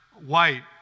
White